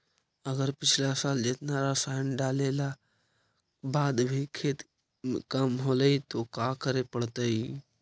अगर पिछला साल जेतना रासायन डालेला बाद भी खेती कम होलइ तो का करे पड़तई?